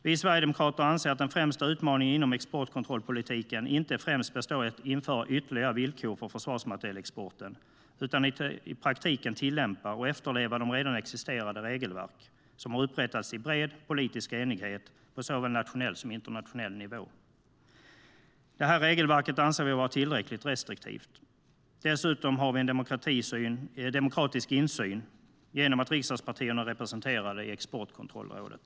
Vi sverigedemokrater anser att den främsta utmaningen inom exportkontrollpolitiken inte främst består i att införa ytterligare villkor för försvarsmaterielexporten utan att i praktiken tillämpa och efterleva redan existerande regelverk som har upprättats i bred politisk enighet på såväl nationell som internationell nivå. Det regelverket anser vi vara tillräckligt restriktivt. Dessutom har vi demokratisk insyn genom att riksdagspartierna är representerade i Exportkontrollrådet.